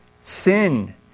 Sin